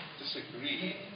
disagree